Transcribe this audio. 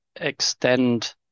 extend